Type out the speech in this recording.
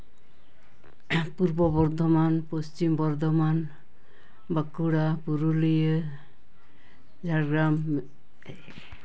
Purba Bardhaman Paschim Bardhaman Bankura Purulia Jhargram